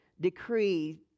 decree